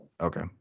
Okay